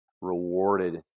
rewarded